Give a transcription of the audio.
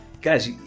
guys